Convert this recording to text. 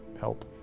help